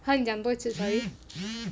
!huh! 你讲多一次 sorry